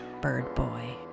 birdboy